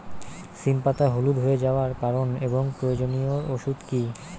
সিম পাতা হলুদ হয়ে যাওয়ার কারণ এবং প্রয়োজনীয় ওষুধ কি?